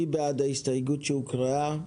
מי בעד ההסתייגות שהוקראה?